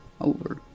over